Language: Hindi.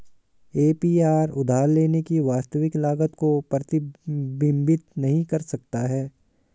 ए.पी.आर उधार लेने की वास्तविक लागत को प्रतिबिंबित नहीं कर सकता है